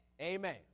Amen